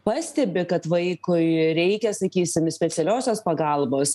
pastebi kad vaikui reikia sakysim specialiosios pagalbos